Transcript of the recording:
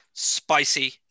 spicy